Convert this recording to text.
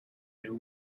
new